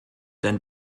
denn